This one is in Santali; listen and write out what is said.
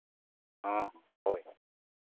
ᱦᱮᱸ ᱦᱮᱸ ᱦᱳᱭ ᱦᱳᱭ